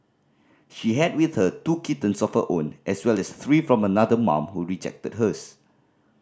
she had with her two kittens of her own as well as three from another mum who rejected hers